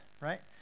right